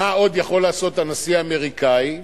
מה עוד יכול לעשות הנשיא האמריקני,